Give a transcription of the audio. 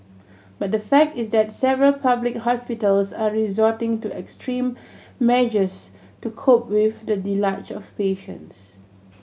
but the fact is that several public hospitals are resorting to extreme measures to cope with the of patients